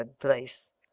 place